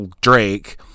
Drake